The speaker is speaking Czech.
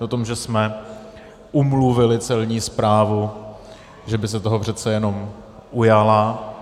To je o tom, že jsme umluvili Celní správu, že by se toho přece jenom ujala.